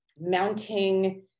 mounting